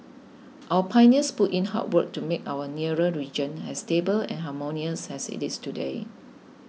our pioneers put in hard work to make our nearer region as stable and harmonious as it is today